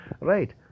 Right